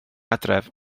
adref